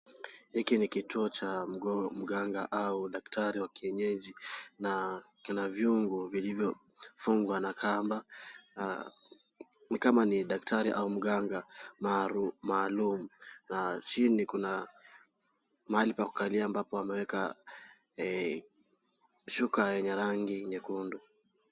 Hiki ni kituo cha mganga au daktari wa kienyeji na kina viungo vilivyofungwa na kamba. Ni kama ni daktari au mganga maalum na chini kuna mahali pa kukalia ambapo ameweka shuka yenye rangi nyekundu.